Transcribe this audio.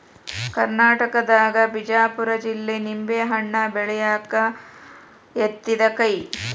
ಕರ್ನಾಟಕದಾಗ ಬಿಜಾಪುರ ಜಿಲ್ಲೆ ನಿಂಬೆಹಣ್ಣ ಬೆಳ್ಯಾಕ ಯತ್ತಿದ ಕೈ